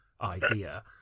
idea